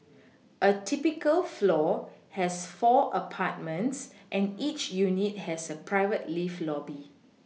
a typical floor has four apartments and each unit has a private lift lobby